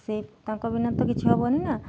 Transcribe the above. ସେ ତାଙ୍କ ବିନା ତ କିଛି ହବନି ନା